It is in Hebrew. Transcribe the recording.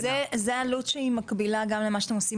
זו עלות שהיא מקבילה גם למה שאתם עושים